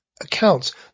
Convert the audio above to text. accounts